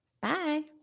Bye